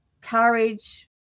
courage